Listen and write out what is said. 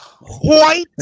White